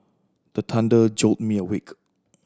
the thunder jolt me awake